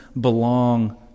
belong